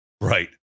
Right